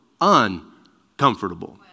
uncomfortable